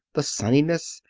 the sunniness,